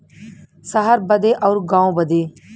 सहर बदे अउर गाँव बदे